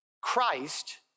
Christ